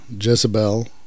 Jezebel